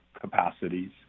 capacities